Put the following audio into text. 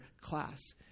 class